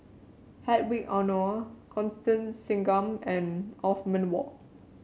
Hedwig Anuar Constance Singam and Othman Wok